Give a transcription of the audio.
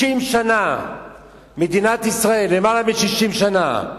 60 שנה מדינת ישראל, למעלה מ-60 שנה,